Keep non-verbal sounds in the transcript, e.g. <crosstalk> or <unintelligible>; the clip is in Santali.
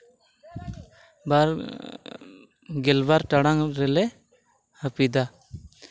<unintelligible> ᱜᱮᱞ ᱵᱟᱨ ᱴᱟᱲᱟᱝ ᱨᱮᱞᱮ ᱦᱟᱹᱯᱤᱫᱟ